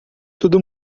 todo